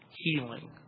Healing